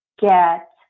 get